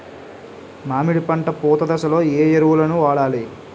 మామిడి పంట పూత దశలో ఏ ఎరువులను వాడాలి?